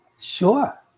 Sure